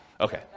Okay